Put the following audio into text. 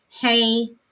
hey